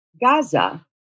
Gaza